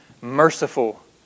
merciful